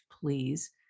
please